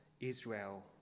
Israel